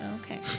Okay